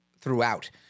throughout